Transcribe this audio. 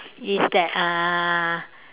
is that uh